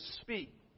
speak